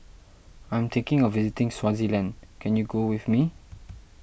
I'm thinking of visiting Swaziland can you go with me